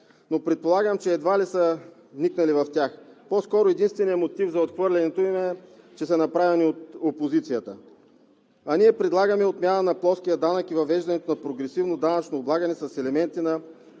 но предполагам, че едва ли са вникнали в тях. По-скоро единственият мотив за отхвърлянето им е, че са направени от опозицията. А ние предлагаме: отмяна на плоския данък и въвеждането на прогресивно данъчно облагане с елементи на